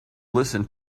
listen